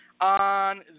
on